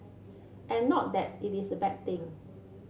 and not that it is a bad thing